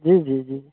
जी जी जी